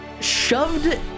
shoved